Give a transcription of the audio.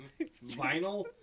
vinyl